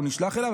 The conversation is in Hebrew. הוא נשלח אליו,